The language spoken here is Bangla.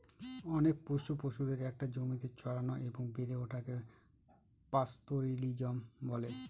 অনেক পোষ্য পশুদের একটা জমিতে চড়ানো এবং বেড়ে ওঠাকে পাস্তোরেলিজম বলে